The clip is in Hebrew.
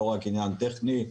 לא רק עניין טכני,